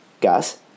Gas